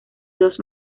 dos